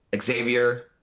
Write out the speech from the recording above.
Xavier